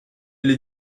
lès